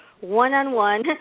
one-on-one